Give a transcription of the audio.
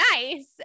nice